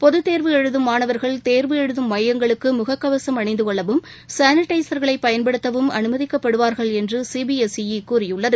பொதத்தோ்வு எழுதும் மாணவா்கள் தேர்வு எழுதும் மையங்களுக்கு முகக் கவசம் அணிந்து கொள்ளவும் சானிடைசர்களை பயன்படுத்தவும் அனுமதிக்கப்படுவார்கள் என்று சி பி எஸ் ஈ கூறியுள்ளது